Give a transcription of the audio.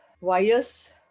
wires